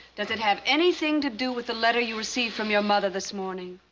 does it have anything to do with the letter you received from your mother this morning?